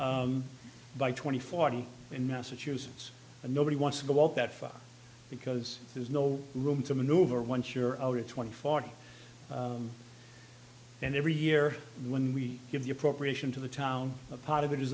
by twenty forty in massachusetts and nobody wants to walk that far because there's no room to maneuver once you're over twenty forty and every year when we give the appropriation to the town a part of it